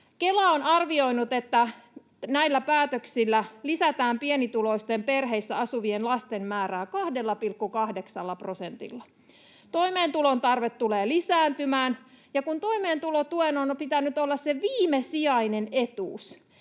Kela on arvioinut, että näillä päätöksillä lisätään pienituloisten perheissä asuvien lasten määrää 2,8 prosentilla. Toimeentulotuen tarve tulee lisääntymään, ja kun toimeentulotuen on pitänyt olla se viimesijainen etuus.